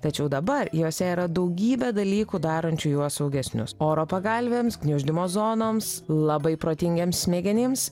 tačiau dabar jose yra daugybė dalykų darančių juos saugesnius oro pagalvėms gniuždymo zonoms labai protingiems smegenims